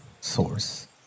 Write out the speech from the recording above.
source